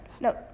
No